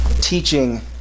teaching